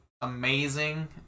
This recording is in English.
amazing